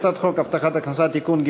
הצעת חוק הבטחת הכנסה (תיקון,